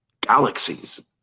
galaxies